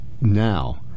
now